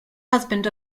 husband